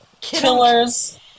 killers